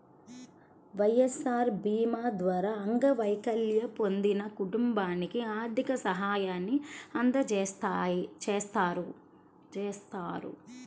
వైఎస్ఆర్ భీమా ద్వారా అంగవైకల్యం పొందిన కుటుంబానికి ఆర్థిక సాయాన్ని అందజేస్తారు